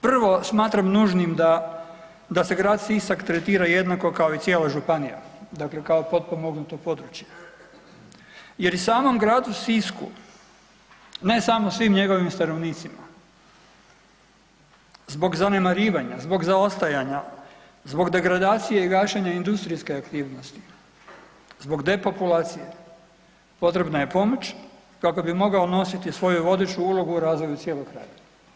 Prvo smatram nužnim da se grad Sisak tretira jednako kao i cijela županija, dakle kao potpomognuto područje jer i samom gradu Sisku ne samo svim njegovim stanovnicima zbog zanemarivanja, zbog zaostajanja, zbog degradacije i gašenja industrijske aktivnosti, zbog depopulacije potrebna je pomoć kako bi mogao nositi svoju vodeću ulogu o razvoju cijelog kraja.